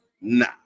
Nah